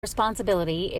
responsibility